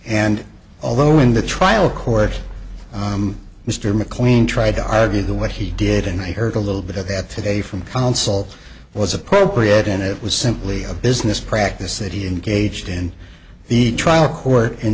and although in the trial court mr mclean tried to argue the what he did and i heard a little bit of that today from counsel was appropriate and it was simply a business practice that he engaged in the trial court in